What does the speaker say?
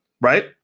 Right